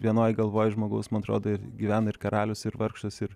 vienoj galvoj žmogaus man atrodo ir gyvena ir karalius ir vargšas ir